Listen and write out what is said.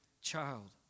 child